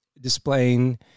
displaying